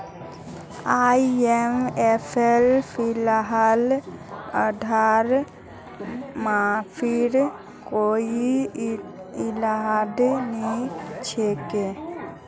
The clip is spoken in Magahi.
आईएमएफेर फिलहाल उधार माफीर कोई इरादा नी छोक